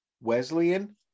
wesleyan